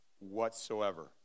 whatsoever